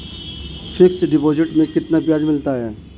Fix deposit में कितना ब्याज मिलता है?